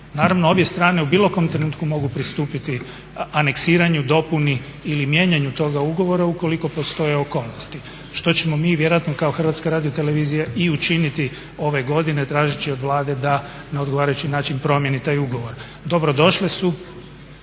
Naravno obje strane u bilo kojem trenutku mogu pristupiti aneksiranju, dopuni ili mijenjanju toga ugovora ukoliko postoje okolnosti što ćemo mi vjerojatno kao HRT-a i učiniti ove godine tražeći od Vlade da na odgovarajući način promjeni taj ugovor. Dobrodošle su